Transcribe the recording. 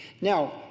Now